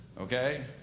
Okay